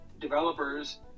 developers